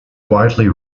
widely